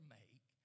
make